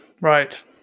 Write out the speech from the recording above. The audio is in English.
right